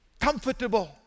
comfortable